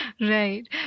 right